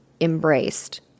embraced